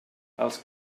els